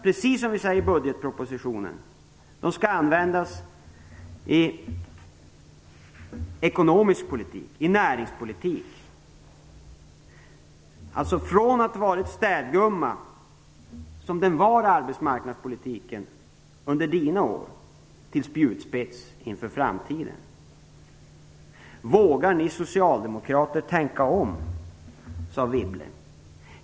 Precis som vi sade i budgetpropositionen skall resurserna användas i ekonomisk politik och näringspolitik. Under Anne Wibbles år var arbetsmarknadspolitiken städgumma. Nu skall den bli en spjutspets inför framtiden. Anne Wibble frågade om vi socialdemokrater vågar tänka om.